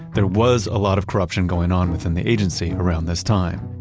there was a lot of corruption going on within the agency around this time.